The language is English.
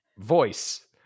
Voice